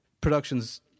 productions